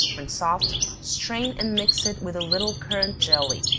when soft, strain and mix it with a little currant jelly,